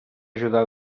ajudar